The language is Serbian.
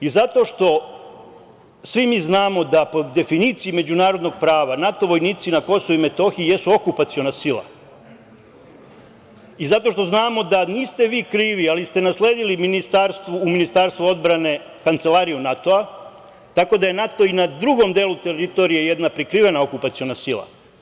I zato što mi svi znamo da po definiciji međunarodnog prava NATO vojnici na Kosovu i Metohiji jesu okupaciona sila i zato što znamo da niste vi krivi, ali ste nasledili u Ministarstvu odbrane Kancelariju NATO, tako da je NATO i na drugom delu teritorije jedna prikrivena okupaciona sila.